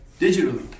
digitally